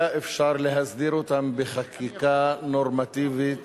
היה אפשר להסדיר אותם בחקיקה נורמטיבית